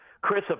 Chris